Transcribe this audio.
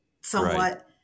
somewhat